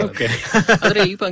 Okay